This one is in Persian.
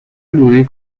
دوری